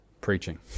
preaching